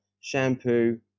shampoo